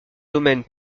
domaine